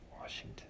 Washington